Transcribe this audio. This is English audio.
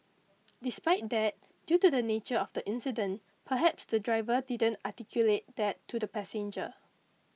despite that due to the nature of the incident perhaps the driver didn't articulate that to the passenger